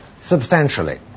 substantially